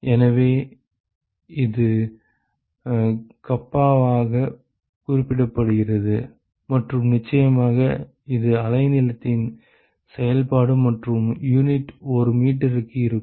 எனவே இது கப்பாவாகக் குறிப்பிடப்படுகிறது மற்றும் நிச்சயமாக இது அலைநீளத்தின் செயல்பாடு மற்றும் யூனிட் ஒரு மீட்டருக்கு இருக்கும்